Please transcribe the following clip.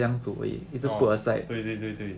orh 对对对对